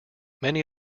many